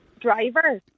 driver